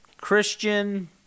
Christian